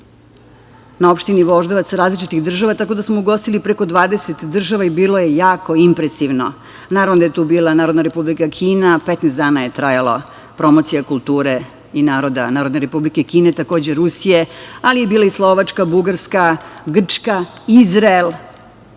na opštini Voždovac različitih država, tako da smo ugostili preko 20 država i bilo je jako impresivno. Naravno da je tu bila Narodna Republika Kina, 15 dana je trajala promocija kulture i naroda Narodne Republike Kine, takođe Rusije, ali je bila i Slovačka, Bugarska, Grčka, Izrael.